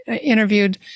interviewed